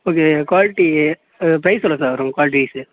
okay quality price எவ்ளோ sir வரும் qualitywise